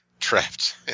trapped